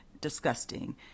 disgusting